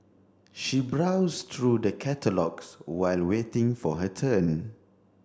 she browsed through the catalogues while waiting for her turn